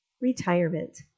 Retirement